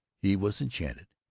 he was enchanted